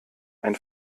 ein